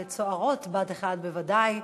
וצוערות בה"ד 1 בוודאי,